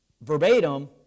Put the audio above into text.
verbatim